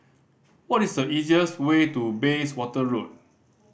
what is the easiest way to Bayswater Road